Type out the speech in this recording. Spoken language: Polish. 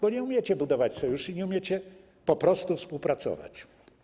Bo nie umiecie budować sojuszy, nie umiecie po prostu współpracować.